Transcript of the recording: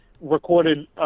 recorded